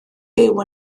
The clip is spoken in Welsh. byw